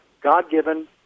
God-given